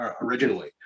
originally